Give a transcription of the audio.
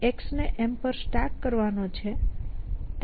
x ને M પર stack કરવાનો છે તેના માટે Clear છે